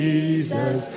Jesus